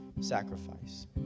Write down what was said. sacrifice